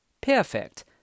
Perfect